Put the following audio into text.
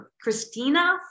Christina